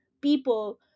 people